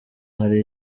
hari